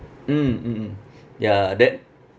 mm mm mm ya that